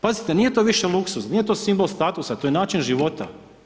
Pazite nije to više luksuz, nije to simbol status, to je način života.